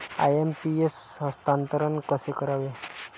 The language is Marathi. आय.एम.पी.एस हस्तांतरण कसे करावे?